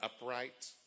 upright